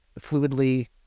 fluidly